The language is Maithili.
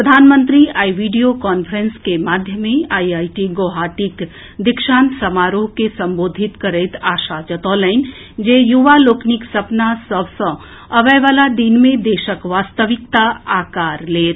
प्रधानमंत्री आई वीडियो कांफ्रेंस के माध्यमे आईआईटी गुवाहाटीक दीक्षान्त समारोह के संबोधित करैत आशा जतौलनि जे युवा लोकनिक सपना सभ सऽ अबएबला दिन मे देशक वास्तविकता आकार लेत